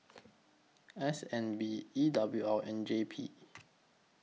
S N B E W O and J P